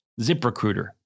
ZipRecruiter